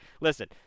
Listen